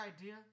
idea